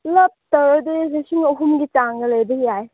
ꯄꯨꯂꯞ ꯇꯧꯔꯗꯤ ꯂꯤꯁꯤꯡ ꯑꯍꯨꯝꯒꯤ ꯆꯥꯡꯗ ꯂꯩꯕ ꯌꯥꯏ